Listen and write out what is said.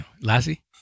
Lassie